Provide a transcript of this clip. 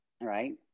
right